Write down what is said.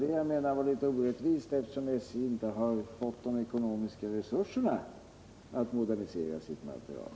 Detta menade jag var litet orättvist, eftersom SJ inte har fått de ekonomiska resurserna att modernisera sin materiel.